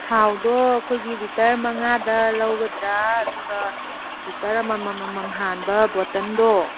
ꯊꯥꯎꯗꯣ ꯑꯩꯈꯣꯏꯒꯤ ꯂꯤꯇꯔ ꯃꯉꯥꯗ ꯂꯧꯒꯗ꯭ꯔꯥ ꯑꯗꯨꯒ ꯂꯤꯇꯔ ꯑꯃ ꯃꯃꯝ ꯍꯥꯟꯕ ꯕꯣꯇꯟꯗꯣ